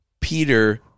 Peter